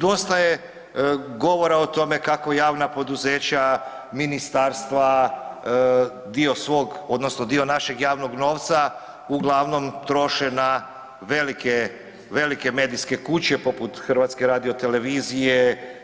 Dosta je govora o tome kako javna poduzeća, ministarstva, dio svog, odnosno dio našeg javnog novca uglavnom troše na velike medijske kuće, poput HRT-a